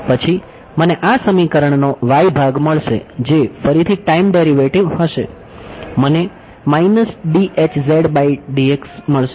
પછી મને આ સમીકરણનો y ભાગ મળશે જે ફરીથી ટાઈમ ડેરિવેટિવ હશે મને મળશે